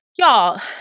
Y'all